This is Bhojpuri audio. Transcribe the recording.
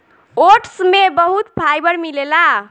ओट्स में बहुत फाइबर मिलेला